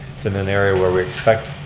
it's in an area where we expect